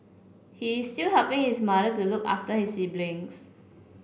he is still helping his mother to look after his siblings